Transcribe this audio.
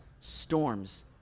storms